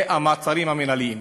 אלה המעצרים המינהליים.